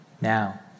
Now